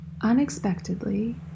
Unexpectedly